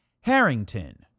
Harrington